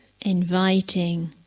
inviting